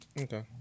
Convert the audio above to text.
Okay